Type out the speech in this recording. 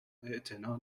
اعتنا